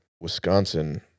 wisconsin